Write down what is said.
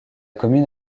commune